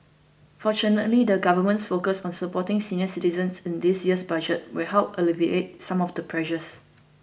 fortunately the government's focus on supporting senior citizens in this year's Budget will help alleviate some of the pressures